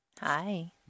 Hi